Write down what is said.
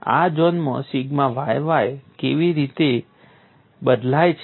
આ ઝોનમાં sigma yy કેવી રીતે બદલાય છે